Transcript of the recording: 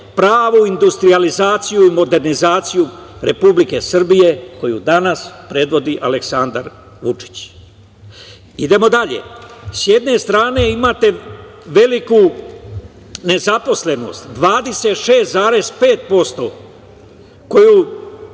pravu industrijalizaciju i modernizaciju Republike Srbije koju danas predvodi Aleksandar Vučić. Idemo dalje. S jedne strane imate veliku nezaposlenost, 26,5% koju